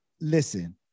Listen